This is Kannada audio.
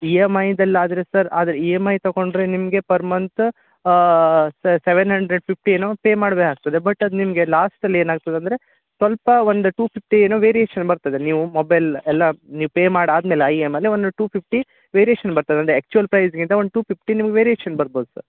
ಇ ಎಮ್ ಐದಲ್ಲಿ ಆದರೆ ಸರ್ ಆದ್ರೆ ಇ ಎಮ್ ಐ ತಗೊಂಡ್ರೆ ನಿಮಗೆ per month seven hundred fifty ಏನೋ ಪೇ ಮಾಡಬೇಕಾಗ್ತದೆ ಬಟ್ ಅದು ನಿಮಗೆ ಲಾಸ್ಟಲ್ಲಿ ಏನಾಗ್ತದೆ ಅಂದರೆ ಸ್ವಲ್ಪ ಒಂದು ಟು ಫಿಫ್ಟಿ ಏನೋ ವೇರಿಯೇಶನ್ ಬರ್ತದೆ ನೀವು ಮೊಬೈಲ್ ಎಲ್ಲ ನೀವು ಪೇ ಮಾಡಿ ಆದಮೇಲೆ ಆ ಇ ಎಮ್ ಐಯಲ್ಲಿ ಒಂದು ಟು ಫಿಫ್ಟಿ ವೇರಿಯೇಷನ್ ಬರ್ತದೆ ಅಂದರೆ ಆ್ಯಕ್ಚುವಲ್ ಪ್ರೈಸಿಗಿಂತ ಒಂದು ಟು ಫಿಫ್ಟಿ ನಿಮ್ಗೆ ವೇರಿಯೇಷನ್ ಬರ್ಬೋದು ಸರ್